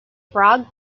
frog